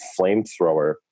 flamethrower